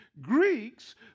Greeks